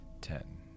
ten